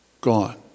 Gone